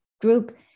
group